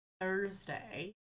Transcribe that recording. Thursday